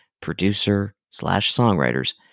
producer-slash-songwriters